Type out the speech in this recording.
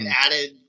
added